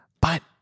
But-